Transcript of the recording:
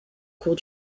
cours